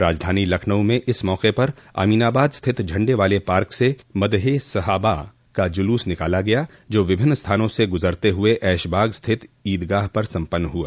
राजधानी लखनऊ में इस मौके पर अमीनाबाद स्थित झडे वाले पार्क से जुलूस ए मदहे सहाबा का जुलूस निकाला गया जो विभिन्न स्थानों से गुजरते हुए ऐशबाग स्थित ईदगाह पर सम्पन्न हुआ